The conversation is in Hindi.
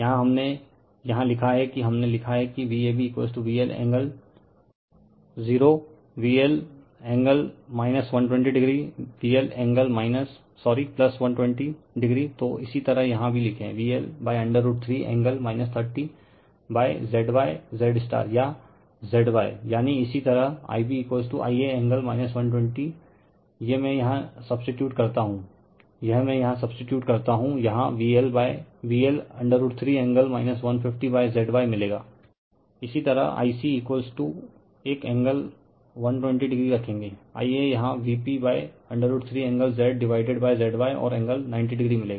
यहाँ हमने यहाँ लिखा हैं कि हमने लिखा हैं कि VabVLएंगल 0VLएंगल 120oVLएंगल सॉरी 120o तो इसी तरह यहाँ भी लिखे VL√3एंगल 30Zy Z या Zyयानि इसी तरह IbIaएंगल 120 ये में यहाँ सब्सीटीयूड करता हू यह में यहाँ सब्सीटीयूड करता हू यहाँ VL√3 एंगल 150 Z yमिलेगा रिफर स्लाइड टाइम 2621 इसी तरह Ic एक एंगल I20o रखेंगे Ia यहाँ Vp√3 एंगल Z डिवाइडेडZy और एंगल 90o मिलेगा